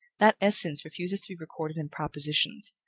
that essence refuses to be recorded in propositions,